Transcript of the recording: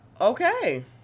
Okay